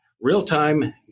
real-time